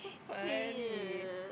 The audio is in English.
funny